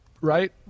Right